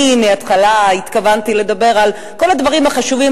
אני מהתחלה התכוונתי לדבר על כל הדברים החשובים.